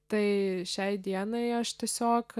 tai šiai dienai aš tiesiog